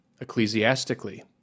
ecclesiastically